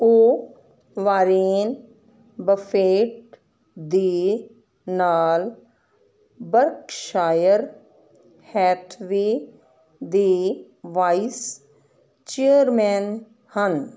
ਉਹ Warren Buffett ਦੇ ਨਾਲ ਬਰਕਸ਼ਾਇਰ ਹੈਥਵੇ ਦੇ ਵਾਈਸ ਚੇਅਰਮੈਨ ਹਨ